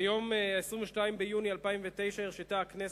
ביום 22 ביוני 2009 הרשתה הכנסת,